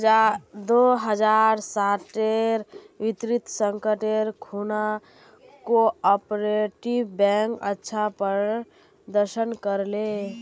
दो हज़ार साटेर वित्तीय संकटेर खुणा कोआपरेटिव बैंक अच्छा प्रदर्शन कर ले